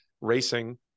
racing